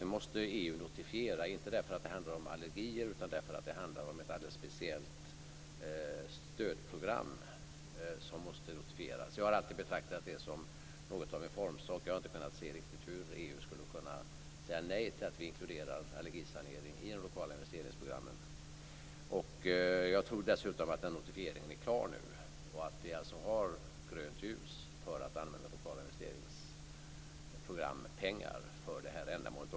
Vi måste EU-notifiera, inte för att det handlar om allergier, utan för att det handlar om ett speciellt stödprogram. Jag har alltid betraktat det som något av en formsak. Jag har inte riktigt kunnat se hur EU skulle kunna säga nej till att inkludera allergisanering i de lokala investeringsprogrammen. Jag tror dessutom att den notifieringen är klar. Vi har alltså grönt ljus för att använda pengar från lokala investeringsprogram för det ändamålet.